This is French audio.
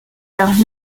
leurs